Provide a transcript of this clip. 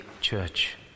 church